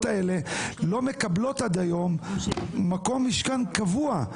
האלה לא מקבלות עד היום מקום משכן קבוע,